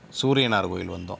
சூரியனார் கோவில் வந்தோம்